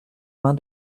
main